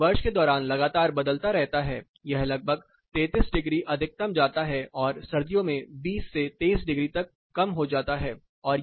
तो यह वर्ष के दौरान लगातार बदलता रहता है यह लगभग 33 डिग्री अधिकतम जाता है और सर्दियों में 20 से 23 डिग्री तक कम हो जाता है